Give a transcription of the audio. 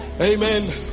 Amen